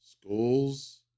Schools